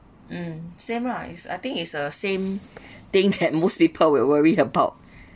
mm same lah is I think is a same thing that most people will worry about